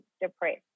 depressed